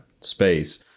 space